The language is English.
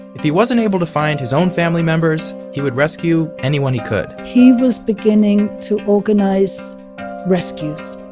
if he wasn't able to find his own family members, he would rescue anyone he could he was beginning to organize rescues.